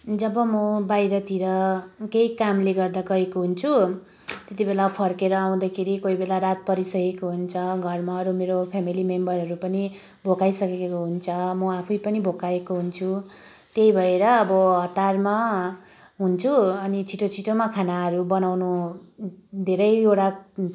जब म बाहिरतिर केही कामले गर्दा गएको हुन्छु त्यतिबेला फर्केर आउँदाखेरि कोहीबेला रात परिसकेको हुन्छ घरमा अरू मेरो फेमिली मेम्बरहरू पनि भोकाइसकेको हुन्छ म आफै पनि भोकाएको हुन्छु त्यही भएर अब हतारमा हुन्छु अनि छिटो छिटो म खानाहरू बनाउनु धेरैवटा